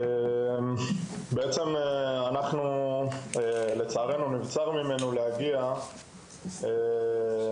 בעצם נבצר מאיתנו להגיע פיזית לדיון היום,